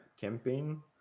campaign